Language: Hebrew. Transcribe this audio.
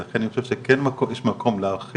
ולכן אני חושב שיש מקום להרחיב,